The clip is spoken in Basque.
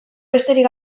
besterik